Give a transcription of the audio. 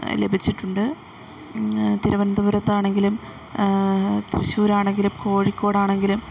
ലഭിച്ചിട്ടുണ്ട് തിരുവനന്തപുരത്താണെങ്കിലും തൃശ്ശൂരാണെങ്കിലും കോഴിക്കോടാണെങ്കിലും